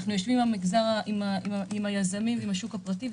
אנחנו יושבים עם היזמים ועם השוק הפרטי.